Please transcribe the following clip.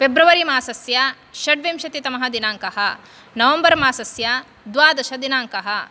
February मासस्य षड्विंशतितमः दिनाङ्कः नवम्बर् मासस्य द्वादशदिनाङ्कः